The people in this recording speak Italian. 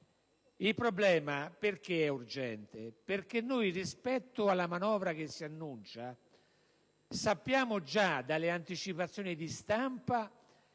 Il problema è urgente perché, rispetto alla manovra che si annuncia, sappiamo già dalle anticipazioni di stampa